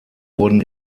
wurden